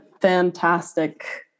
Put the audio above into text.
fantastic